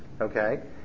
okay